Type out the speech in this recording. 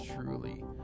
truly